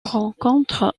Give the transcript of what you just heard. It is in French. rencontre